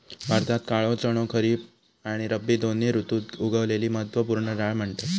भारतात काळो चणो खरीब आणि रब्बी दोन्ही ऋतुत उगवलेली महत्त्व पूर्ण डाळ म्हणतत